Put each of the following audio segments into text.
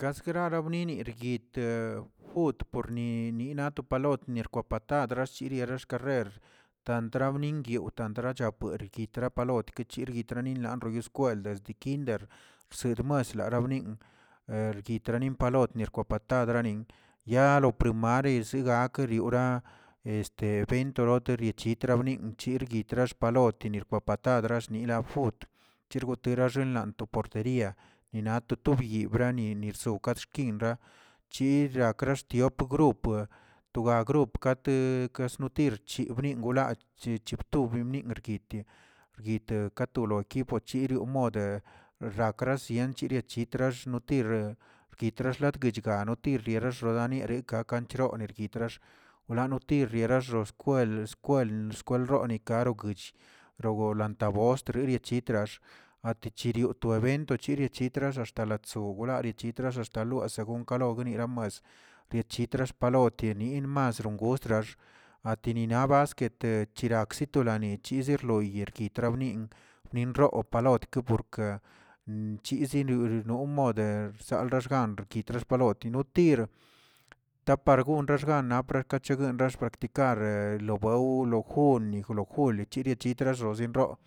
Kasgarara bnini ryitə judporni nina to palot niarkwa patad rachchiriarax karrer tantradmin guiún trachapuedin trapalot kke ritrani lanronyos kwel delde kinder bsed mas larabnin, ergatrinin palot nirkwa patadranin, ya lo primari zigakə rioꞌra bentoloche xchelit bniꞌn che rguitxa xpalote nirkwapatad rallnirab fut, chirgotera xanlaa portería ninato to byiw braninison xkadxkira xkirak xtiop grop' toga grop katə gasnotir chiꞌ nin golache obtubrningriti, yeti kato lo equipo chi omode rakrasienchi chitra xnotir kirtralach guechgano tiriera xedarniet ka kanchroneri traxt ranotir razo skwel skwen skwelrorikar kuch rogalantaboo estreria chita, atichirioꞌ to evento erichitria axta lo chsogolari chit axta lowa según ogniramas, riechitra xpal tiene mas rongoorax atinina basquetə chirakzi tolanich yerlo yerki tramni nimrod palot ke chisi noronro moder sanlsaxgan yitras paloti tir, tapargon xgana rakachegan xkapractikarə lobew lo juni, lo juli, chiitraronzenxoꞌ,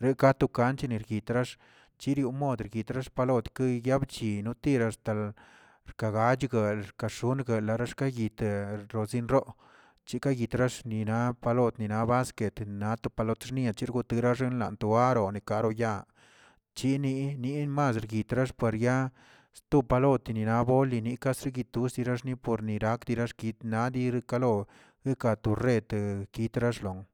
rekato kanchne yitrax chirioꞌ modrguin xap palot guiyabchi notira axtal kagachgueꞌ xkaxonꞌ guelarə ka yitə rozꞌrinroo, chekayitrax nina nab palot, nina basquet, na to palot, xnia rgotera xenlaa guaro nekaroyaa, chini yimas rguit xpuesyaa sto palotni na bolinika nituzira xni pornirak xaxkid nadi kalo eka to rrete yitraloxlon.